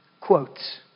quotes